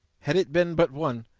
had it been but one,